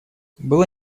было